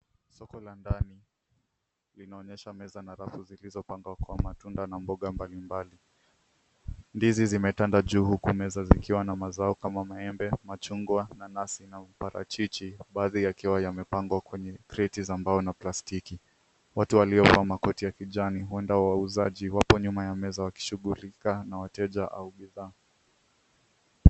Soko la ndani linaonyesha meza na rafu zilizopangwa kwa matunda na mboga mbali mbali. Ndizi zimetanda juu huku meza zikiwa na mazao kama: maembe, machungwa, nanasi na mparachichi, baadhi yakiwa yamepangwa kwenye kreti za mbao na plastiki. Watu waliovaa makoti ya kijani, huenda wauzaji, wapo nyuma ya meza wakishughulika na wateja au bidhaa.